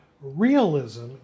realism